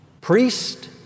priest